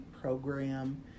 program